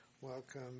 welcome